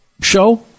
show